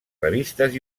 revistes